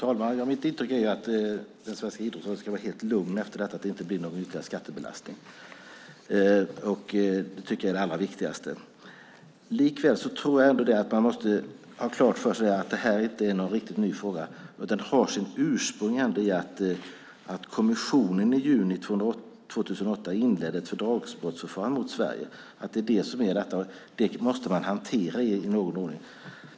Fru talman! Mitt intryck är att den svenska idrottsrörelsen kan vara helt lugn efter detta när det gäller att det inte blir någon ytterligare skattebelastning. Det tycker jag är det allra viktigaste. Likväl tror jag att man måste ha klart för sig att detta inte är någon riktigt ny fråga. Den har sitt ursprung i att kommissionen i juni 2008 inledde ett fördragsbrottsförfarande mot Sverige. Det måste man hantera i någon ordning.